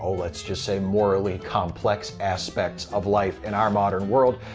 let's just say morally complex aspects of life in our modern world,